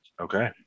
Okay